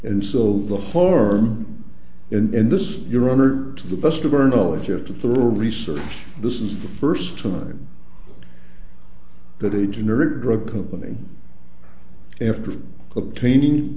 and so the horror and this is your honor to the best of our knowledge after the research this is the first time that a generic drug company after obtaining